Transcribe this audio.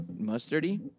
Mustardy